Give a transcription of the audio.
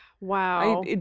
Wow